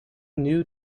new